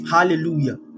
Hallelujah